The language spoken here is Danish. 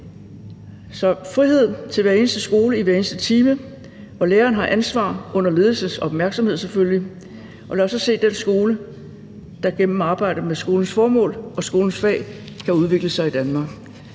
frihed til hver eneste skole i hver eneste time, og læreren har ansvar og selvfølgelig under ledelsens opmærksomhed, og lad os så se den skole, der gennem arbejdet med skolens formål og skolens fag kan udvikle sig i Danmark.